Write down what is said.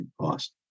cost